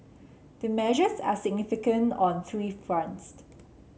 the measures are significant on three fronts